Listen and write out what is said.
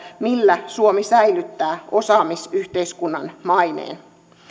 millä suomi säilyttää osaamisyhteiskunnan maineensa